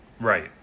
Right